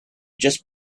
just